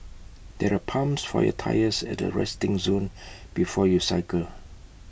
there are pumps for your tyres at the resting zone before you cycle